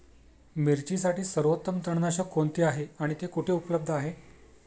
मिरचीसाठी सर्वोत्तम तणनाशक कोणते आहे आणि ते कुठे उपलब्ध आहे?